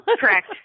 Correct